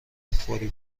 فوری